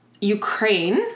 Ukraine